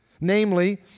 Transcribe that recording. Namely